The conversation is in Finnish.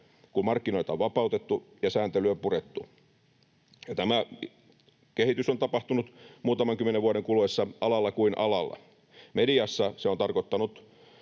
kun markkinoita on vapautettu ja sääntelyä purettu. Tämä kehitys on tapahtunut muutaman kymmenen vuoden kuluessa alalla kuin alalla. Mediassa se on tarkoittanut